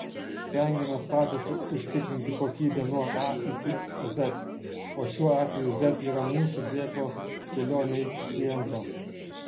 stengiamės patys užtikrinti kokybę nuo a iki z o šiuo atveju z yra mūsų dėklo kelionė iki kliento